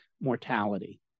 mortality